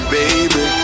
baby